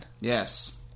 Yes